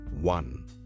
one